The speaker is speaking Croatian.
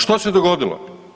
Što se dogodilo?